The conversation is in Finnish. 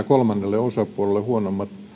kolmannelle osapuolelle huonommat